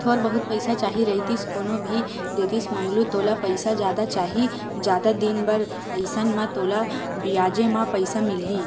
थोर बहुत पइसा चाही रहितिस कोनो भी देतिस मंगलू तोला पइसा जादा चाही, जादा दिन बर अइसन म तोला बियाजे म पइसा मिलही